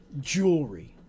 jewelry